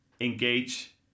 engage